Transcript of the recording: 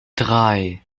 drei